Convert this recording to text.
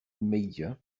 media